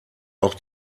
auch